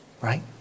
Right